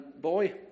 boy